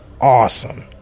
awesome